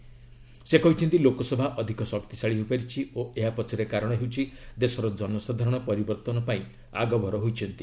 ଶ୍ରୀ ମୋଦି କହିଛନ୍ତି ଲୋକସଭା ଅଧିକ ଶକ୍ତଶାଳୀ ହୋଇପାରିଛି ଓ ଏହା ପଛରେ କାରଣ ହେଉଛି ଦେଶର ଜନସାଧାରଣ ପରିବର୍ତ୍ତନ ପାଇଁ ଆଗଭର ହୋଇଛନ୍ତି